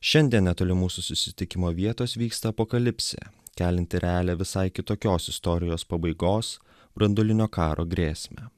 šiandien netoli mūsų susitikimo vietos vyksta apokalipsė kelianti realią visai kitokios istorijos pabaigos branduolinio karo grėsmę